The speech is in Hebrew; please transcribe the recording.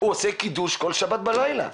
הוא עושה קידוש כל שבת בלילה,